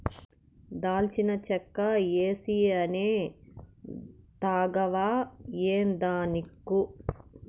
దాల్చిన చెక్క ఏసీ అనే తాగవా ఏందానిక్కు